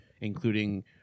including